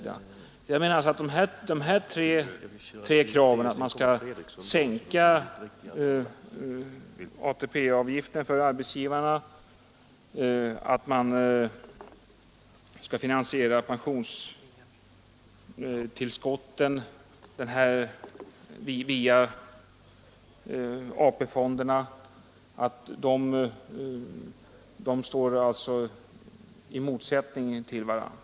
Dessa krav att man skall sänka ATP-avgiften för arbetsgivarna och att man skall finansiera pensionstillskotten via AP-fonderna står alltså i motsättning till varandra.